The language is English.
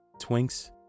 Twinks